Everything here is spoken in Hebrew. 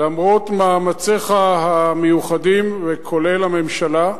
למרות מאמציך המיוחדים, כולל הממשלה,